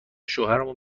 شوهرمون